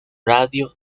radio